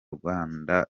rwanda